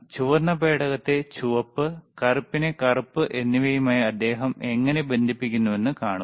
ചുവന്ന പേടകത്തെ ചുവപ്പ് കറുപ്പിനെ കറുപ്പ് എന്നിവയുമായി അദ്ദേഹം എങ്ങനെ ബന്ധിപ്പിക്കുന്നുവെന്ന് കാണുക